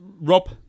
Rob